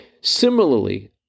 Similarly